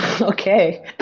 okay